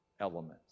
elements